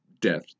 death